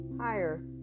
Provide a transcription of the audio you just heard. higher